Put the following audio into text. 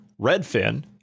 Redfin